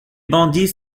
bandits